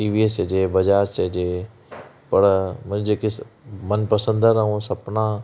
टिवीएस हुजे बजाज चइजे पर मुंहिजी जेकी मन पसंदि ऐं सपना